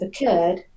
occurred